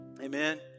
Amen